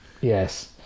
Yes